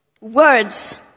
Words